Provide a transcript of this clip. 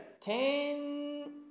ten